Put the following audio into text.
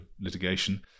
litigation